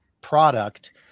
product